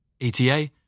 ETA